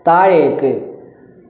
താഴേക്ക്